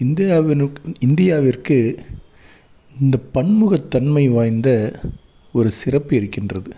இந்தியாவின்னு இந்தியாவிற்கு இந்த பன்முகத்தன்மை வாய்ந்த ஒரு சிறப்பு இருக்கின்றது